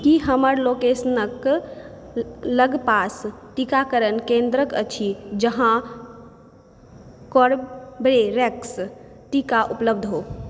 की हमर लोकेशन क लगपास टीकाकरण केन्द्रक अछि जहाँ कोरबेवैक्स टीका उपलब्ध हो